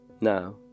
Now